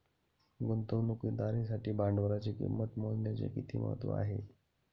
गुंतवणुकदारासाठी भांडवलाची किंमत मोजण्याचे किती महत्त्व आहे?